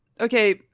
Okay